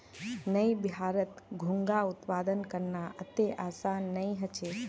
नइ बिहारत घोंघा उत्पादन करना अत्ते आसान नइ ह छेक